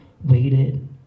waited